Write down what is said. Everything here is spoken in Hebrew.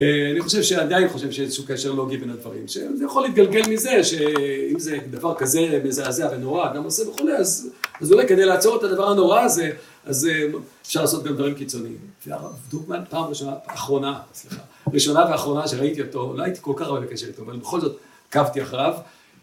‫אני חושב שעדיין חושב שיש ‫איזשהו קשר לוגי בין הדברים, ‫שזה יכול להתגלגל מזה, ‫שאם זה דבר כזה מזעזע ונורא, ‫גם עושה וכולי, אז אולי כדי ‫לעצור את הדבר הנורא הזה, ‫אז אפשר לעשות גם דברים קיצוניים. ‫כי הדוגמה, פעם אחרונה, סליחה, ‫ראשונה ואחרונה שראיתי אותו, ‫לא הייתי כל כך הרבה בקשר איתו, ‫אבל בכל זאת עקבתי אחריו.